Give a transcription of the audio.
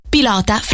Pilota